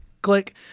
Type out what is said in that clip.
Click